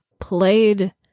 played